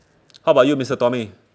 how about you mister tommy